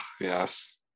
yes